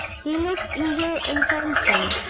he looked eager and handsome.